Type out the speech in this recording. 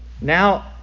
Now